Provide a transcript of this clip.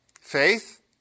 Faith